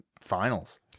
finals